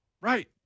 right